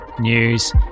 news